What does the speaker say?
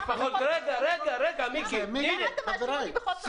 למה אתה מאשים אותי בחוסר הבנה?